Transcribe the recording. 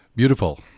Beautiful